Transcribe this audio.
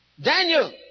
Daniel